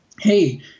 hey